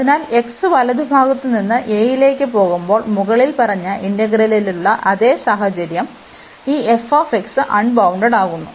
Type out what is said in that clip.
അതിനാൽ x വലതുഭാഗത്ത് നിന്ന് a ലേക്ക് പോകുമ്പോൾ മുകളിൽ പറഞ്ഞ ഇന്റഗ്രലിലുള്ള അതേ സാഹചര്യം ഈ f അൺബൌണ്ടഡ്ഡാകുന്നു